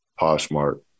Poshmark